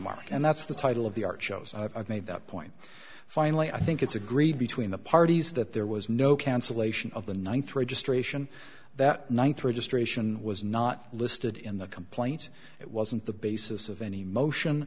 mark and that's the title of the archos i've made that point finally i think it's agreed between the parties that there was no cancellation of the ninth registration that one third just ration was not listed in the complaint it wasn't the basis of any motion